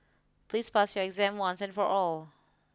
please pass your exam once and for all